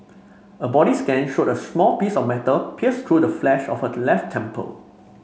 a body scan showed a small piece of metal pierced through the flesh of her left temple